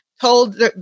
told